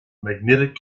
magnetic